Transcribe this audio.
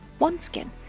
OneSkin